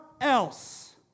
else